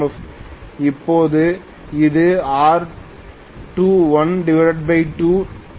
F இப்போது இது R212 ஆக இருக்கும்